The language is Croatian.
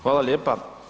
Hvala lijepa.